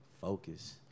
focus